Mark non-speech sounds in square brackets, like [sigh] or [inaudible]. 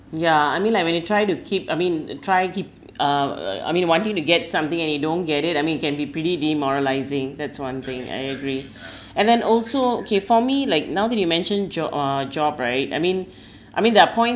ya I mean like when you try to keep I mean uh try keep uh err I mean wanting to get something and you don't get it I mean it can be pretty demoralising that's one thing I agree and then also okay for me like now that you mention job uh job right I mean [breath] I mean there are points